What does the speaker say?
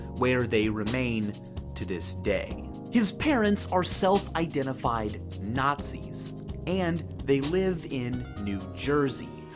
where they remain to this day. his parents are self-identified nazis and they live in new jersey,